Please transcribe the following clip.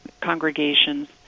congregations